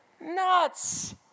nuts